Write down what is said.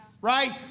right